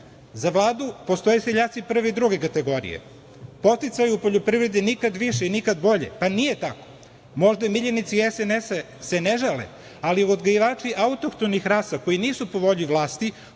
Za Vladu postoje seljaci prve i druge kategorije. Podsticaja u poljoprivredi nikad više i nikad bolje, pa nije tako. Možda miljenici SNS se ne žale, ali odgajivači autohtonih rasa koji nisu po volji vlasti